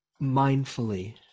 mindfully